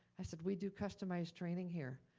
i said, we do customized training here.